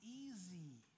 easy